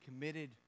committed